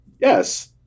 yes